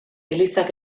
elizak